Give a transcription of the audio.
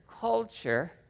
culture